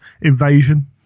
invasion